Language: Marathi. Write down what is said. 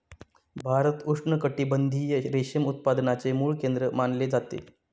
भारत उष्णकटिबंधीय रेशीम उत्पादनाचे मूळ केंद्र मानले जाते